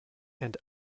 and